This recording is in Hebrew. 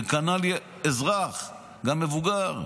וכנ"ל אזרח, גם מבוגר.